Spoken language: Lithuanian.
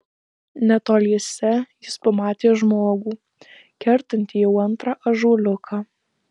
netoliese jis pamatė žmogų kertantį jau antrą ąžuoliuką